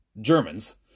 Germans